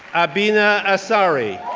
abena asare,